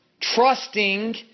trusting